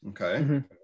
Okay